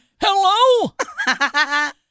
Hello